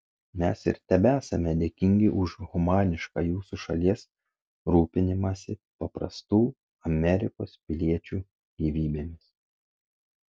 mes ir tebesame dėkingi už humanišką jūsų šalies rūpinimąsi paprastų amerikos piliečių gyvybėmis